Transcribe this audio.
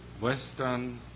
Western